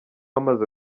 amaze